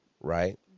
Right